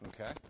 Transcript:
okay